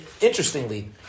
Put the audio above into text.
interestingly